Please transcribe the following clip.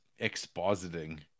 expositing